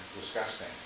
disgusting